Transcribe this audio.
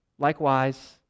Likewise